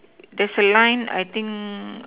there's a line I think